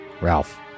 Ralph